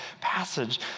passage